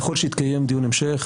ככל שיתקיים דיון המשך,